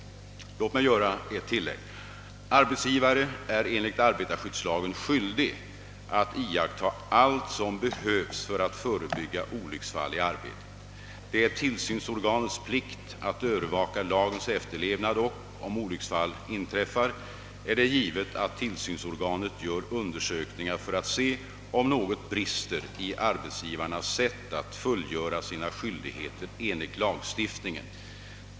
Låt mig göra ett tillägg. Arbetsgivare är enligt arbetarskyddslagen skyldig att iaktta allt som behövs för att förebygga olycksfall i arbetet. Det är tillsynsorganets plikt att övervaka lagens efterlevnad och, om olycksfall inträffar, är det givet att tillsynsorganet gör undersökningar för att konstatera om något brister i arbetsgivarnas sätt att fullgöra sina skyldigheter enligt lagstiftningen.